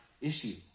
issue